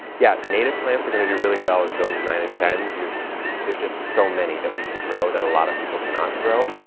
yeah. native plants are going to do really well in zones nine and ten, because there are just so many that we can grow, that a lot of people cannot grow.